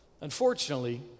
Unfortunately